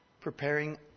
preparing